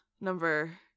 number